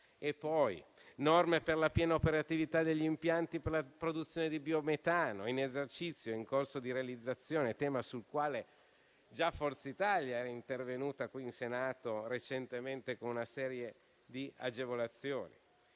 cito le norme per la piena operatività degli impianti per la produzione di biometano in esercizio e in corso di realizzazione, tema sul quale Forza Italia era già intervenuta in Senato recentemente con una serie di agevolazioni.